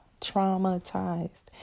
traumatized